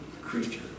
creature